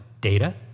data